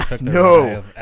No